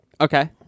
Okay